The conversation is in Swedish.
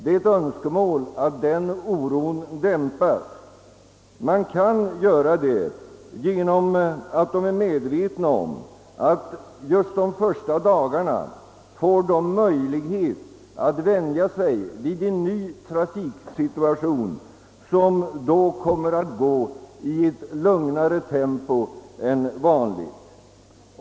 Det är ett önskemål att denna oro dämpas, vilket kan ske genom att dessa fotgängare blir medvetna om att de just under de första dagarna efter trafikomläggningen får möjlighet att vänja sig vid de nya trafiksituationerna. Trafiken bör alltså då gå i ett lugnare tempo än vanligt.